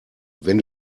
wenn